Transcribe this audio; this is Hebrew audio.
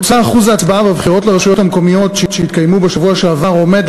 אחוז ההצבעה הממוצע בבחירות לרשויות המקומיות שהתקיימו בשבוע שעבר עומד,